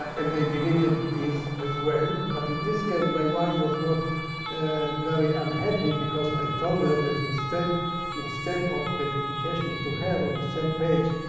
and they deleted this as well. but in this case, my wife was not very unhappy because i told her that instead instead of the dedication to her on the same page,